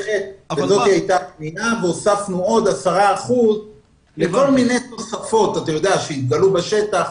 הוספנו 10% לכל מיני תוספות שהתגלו בשטח,